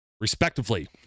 respectively